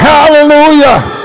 Hallelujah